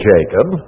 Jacob